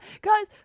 guys